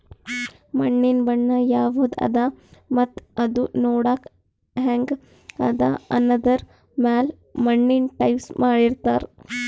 ಮಣ್ಣಿನ್ ಬಣ್ಣ ಯವದ್ ಅದಾ ಮತ್ತ್ ಅದೂ ನೋಡಕ್ಕ್ ಹೆಂಗ್ ಅದಾ ಅನ್ನದರ್ ಮ್ಯಾಲ್ ಮಣ್ಣಿನ್ ಟೈಪ್ಸ್ ಮಾಡಿರ್ತಾರ್